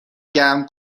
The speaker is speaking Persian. گرم